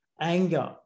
Anger